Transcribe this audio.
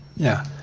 yeah.